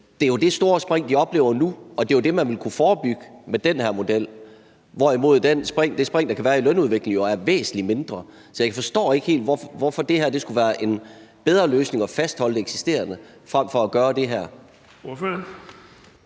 Det er jo det store spring, de oplever nu, og det er det, man ville kunne forebygge med den her model, hvorimod det spring, der kan være i lønudviklingen, jo er væsentlig mindre. Så jeg forstår ikke helt, hvorfor det skulle være en bedre løsning at fastholde det eksisterende frem for at gøre det her.